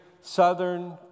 southern